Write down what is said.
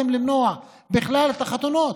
לא הצלחתם למנוע בכלל את החתונות,